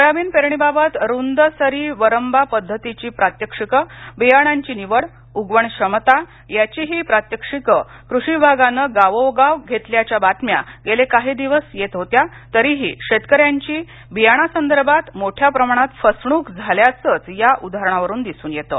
soybean पेरणी बाबत रुंद सरी वरंबा पद्धतीची प्रात्यक्षिक बियाण्याची निवड उगवण क्षमता याचीही प्रात्यक्षिक कृषी विभागानं गावोगाव घेतल्याच्या बातम्या गेले काही दिवस येत होत्या तरिही शेतकऱ्यांची बियाण्यासंदर्भात मोठ्याप्रमाणात फसवणूक झाल्याचंच या उदाहरणांवरून दिसून येतं